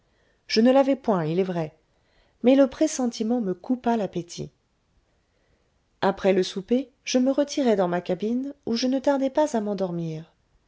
je ne l'avais point il est vrai mais le pressentiment me coupa l'appétit après le souper je me retirai dans ma cabine où je ne tardai pas à m'endormir